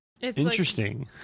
Interesting